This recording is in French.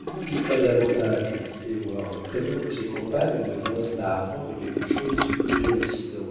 n'en dites pas davantage dit heyward craignant que ses compagnes ne vinssent à apprendre quelque chose de ce cruel incident